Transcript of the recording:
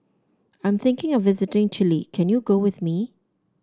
I am thinking of visiting Chile can you go with me